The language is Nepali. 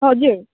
हजुर